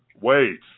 wait